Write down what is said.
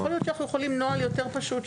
יכול להיות שאנחנו יכולים נוהל יותר פשוט.